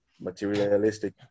materialistic